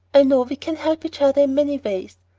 i know we can help each other in many ways.